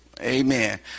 amen